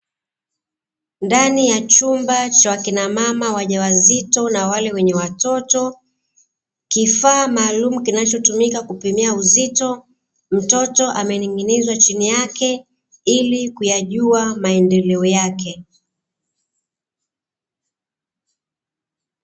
Ndani ya chumba cha akina mama wajawazito na wale wenye watoto, kifaa maalumu kinachotumika kupimia uzito, mtoto amening'inizwa chini yake ili kuyajua maendeleo yake.